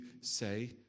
say